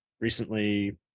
recently